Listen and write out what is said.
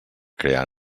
crear